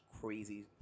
crazy